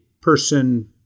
person